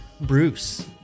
Bruce